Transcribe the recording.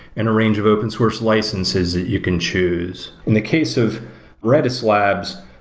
and a range of open-source licenses that you can choose. in the case of redis labs,